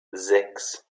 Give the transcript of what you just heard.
sechs